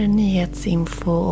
nyhetsinfo